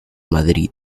madrid